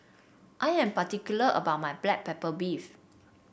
I am particular about my Black Pepper Beef